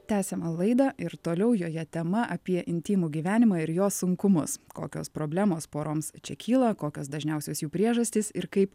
tęsiame laidą ir toliau joje tema apie intymų gyvenimą ir jo sunkumus kokios problemos poroms čia kyla kokios dažniausios jų priežastys ir kaip